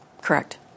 Correct